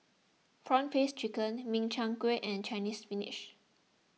Prawn Paste Chicken Min Chiang Kueh and Chinese Spinach